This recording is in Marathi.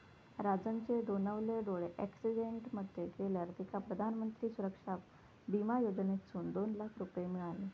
राजनचे दोनवले डोळे अॅक्सिडेंट मध्ये गेल्यावर तेका प्रधानमंत्री सुरक्षा बिमा योजनेसून दोन लाख रुपये मिळाले